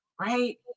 right